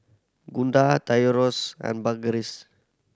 Gunda Tyrus and Burgess